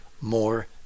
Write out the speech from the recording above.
more